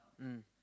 mm